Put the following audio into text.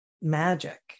magic